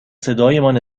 صدایمان